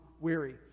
weary